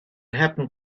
happen